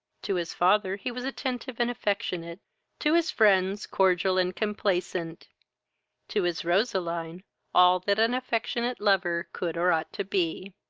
to his father he was attentive and affectionate to his friends cordial and complacent to his roseline all that an affectionate lover could or ought to be.